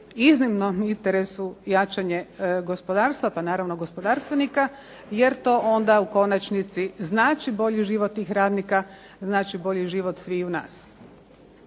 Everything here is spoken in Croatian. iznimnom interesu jačanje gospodarstva pa naravno gospodarstvenika jer to onda u konačnici znači bolji život tih radnika, znači bolji život sviju nas.